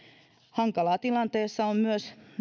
hankalaa tilanteessa on myös